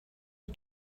you